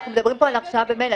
אנחנו מדברים פה על הרשעה ממילא.